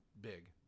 big